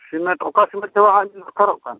cement ᱚᱠᱟ cement ᱛᱮᱦᱚᱸ ᱟᱡ ᱵᱚᱛᱚᱨᱚᱜ ᱠᱟᱱᱟ